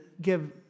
give